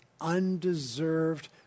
undeserved